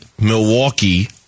Milwaukee